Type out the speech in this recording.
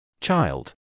child